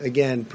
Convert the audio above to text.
Again